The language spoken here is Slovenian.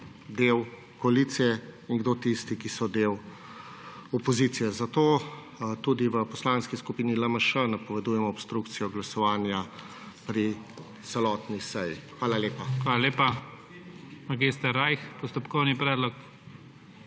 del koalicije, in kdo tisti, ki so del opozicije. Zato tudi v Poslanski skupini LMŠ napovedujemo obstrukcijo glasovanja pri celotni seji. Hvala lepa. PREDSEDNIK IGOR ZORČIČ: Hvala lepa. Mag. Rajh, postopkovni predlog.